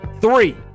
Three